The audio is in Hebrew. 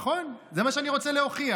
נכון, זה מה שאני רוצה להוכיח.